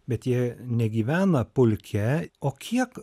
bet jie negyvena pulke o kiek